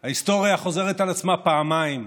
ההיסטוריה חוזרת על עצמה פעמיים,